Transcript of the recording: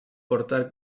portar